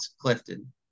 Clifton